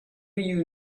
you